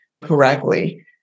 correctly